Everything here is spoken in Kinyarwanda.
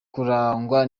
kurangwa